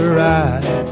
ride